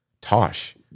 Tosh